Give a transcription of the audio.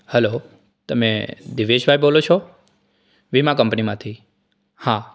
hello તમે દીવેશભાઈ બોલો છો વીમા કંપનીમાંથી હા